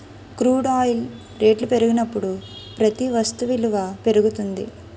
crude oil రేట్లు పెరిగినప్పుడు ప్రతి వస్తు విలువ పెరుగుతుంది